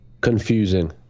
Confusing